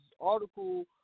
Article